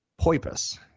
poipus